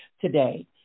today